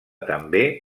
també